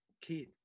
Keith